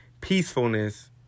peacefulness